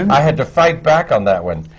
and i had to fight back on that one.